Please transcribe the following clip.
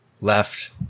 left